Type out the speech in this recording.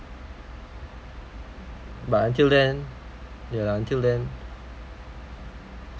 but until then ya lah until then